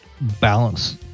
balance